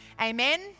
Amen